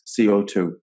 CO2